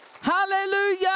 Hallelujah